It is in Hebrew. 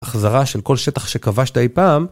החזרה של כל שטח שכבשת אי פעם